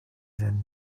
than